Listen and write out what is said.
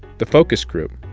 the focus group,